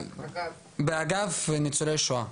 באגף ניצולי שואה.